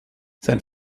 sein